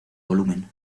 volumen